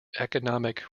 economic